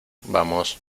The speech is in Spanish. vamos